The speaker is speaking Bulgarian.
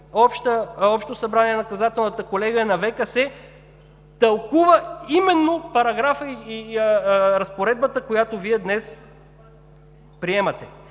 общо събрание на Наказателната колегия на ВКС тълкува именно параграфа и разпоредбата, която Вие днес приемате.